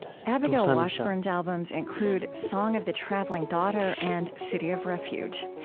abigail washburn's albums include song of the traveling daughter and city of refuge.